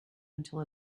until